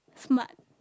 smart